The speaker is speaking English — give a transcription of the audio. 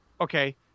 okay